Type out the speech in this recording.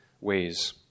ways